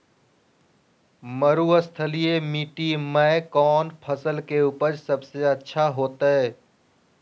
मरुस्थलीय मिट्टी मैं कौन फसल के उपज सबसे अच्छा होतय?